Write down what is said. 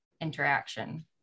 interaction